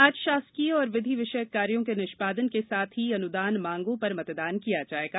आज शासकीय और विधि विषयक कार्यो के निष्पादन के साथ ही अनुदान मांगों पर मतदान किया जायेगा